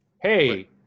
hey